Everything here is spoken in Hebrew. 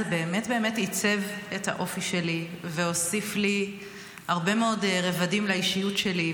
זה באמת באמת עיצב את האופי שלי והוסיף לי הרבה מאוד רבדים לאישיות שלי,